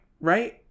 right